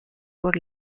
por